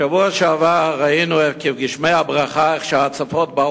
בשבוע שעבר ראינו איך בעקבות גשמי הברכה באו ההצפות.